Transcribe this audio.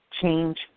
change